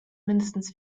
mindestens